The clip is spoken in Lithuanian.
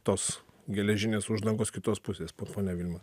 tos geležinės uždangos kitos pusės ponia vilma